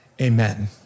amen